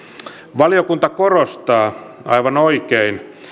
valiokunta korostaa aivan oikein